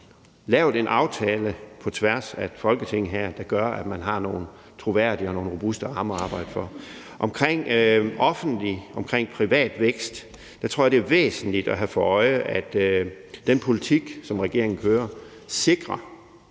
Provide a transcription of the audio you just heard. lavet en aftale, der gør, at man har nogle troværdige og nogle robuste rammer at arbejde for. Omkring en offentlig og privat vækst tror jeg det er væsentligt at have for øje, at den politik, som regeringen kører, sikrer,